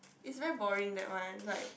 is very boring that one like